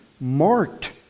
marked